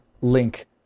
link